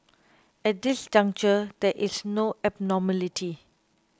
at this juncture there is no abnormality